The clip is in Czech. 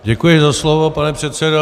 Děkuji za slovo, pane předsedo.